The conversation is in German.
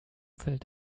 fällt